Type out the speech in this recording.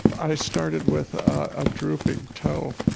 i started with a drooping toe.